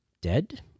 dead